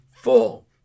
full